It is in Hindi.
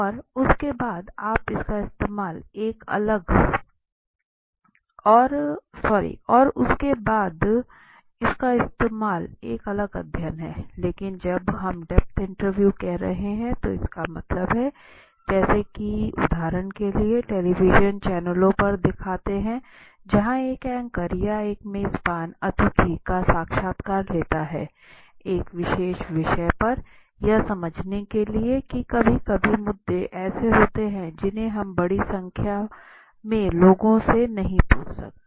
और उसके बाद आप इसका इस्तेमाल एक अलग अध्ययन हैं लेकिन जब हम डेप्थ इंटरव्यू कह रहे हैं तो इसका मतलब है जैसे कि आप उदाहरण के लिए टेलीविजन चैनलों पर देखते हैं जहां एक एंकर या एक मेजबान अतिथि का साक्षात्कार लेता है एक विशेष विषय पर है यह समझने के लिए की कभी कभी मुद्दे ऐसे होते हैं जिन्हें हम बड़ी संख्या में लोगों से नहीं पूछ सकते